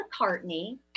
McCartney